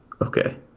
Okay